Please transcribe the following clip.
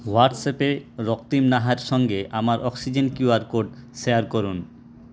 হোয়াটসঅ্যাপে রক্তিম নাহার সঙ্গে আমার oxygen Q R code share করুন